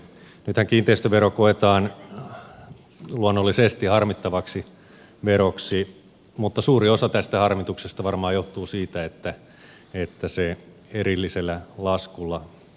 nythän kiinteistövero koetaan luonnollisesti harmittavaksi veroksi mutta suuri osa tästä harmituksesta varmaan johtuu siitä että se erillisellä laskulla pyydetään maksamaan